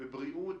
בבריאות.